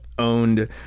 Owned